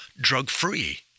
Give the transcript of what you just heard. drug-free